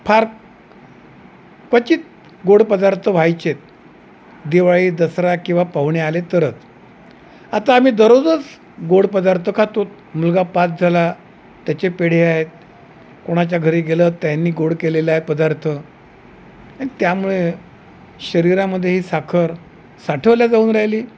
फार क्वचित गोड पदार्थ व्हायचे दिवाळी दसरा किंवा पाहुणे आले तरच आता आम्ही दररोजच गोड पदार्थ खातो मुलगा पाच झाला त्याचे पेढे आहेत कोणाच्या घरी गेलं त्यांनी गोड केलेलं आहे पदार्थ त्यामुळे शरीरामध्ये ही साखर साठवल्या जाऊन राहिली